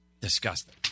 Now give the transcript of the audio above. Disgusting